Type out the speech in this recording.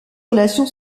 relation